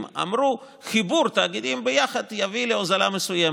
אמרו שחיבור תאגידים ביחד יביא להוזלה מסוימת.